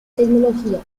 tecnología